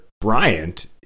Bryant